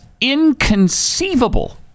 inconceivable